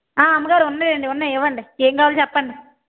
ఆ అమ్మగారు ఉన్నాయండి ఉన్నాయి ఇవ్వండి ఏం కావాలో చెప్పండి